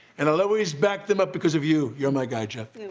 and i'll always back them up because of you. you're my guy joe.